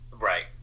right